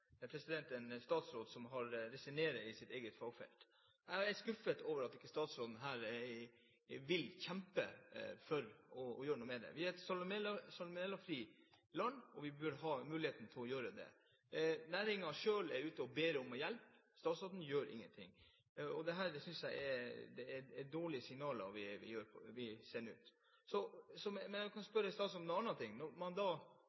en statsråd som resignerer i sitt eget fagfelt. Jeg er skuffet over at ikke statsråden vil kjempe for å gjøre noe med dette. Vi er et salmonellafritt land, og vi bør ha mulighet til å gjøre noe. Næringen selv er ute og ber om hjelp, statsråden gjør ingenting. Jeg synes det er dårlige signaler å sende ut. Jeg vil spørre statsråden om en annen ting. Når man har overproduksjon av egg, har man da vurdert eventuelt å gjøre noe med prisen? Hvis man setter ned prisen på egg, kan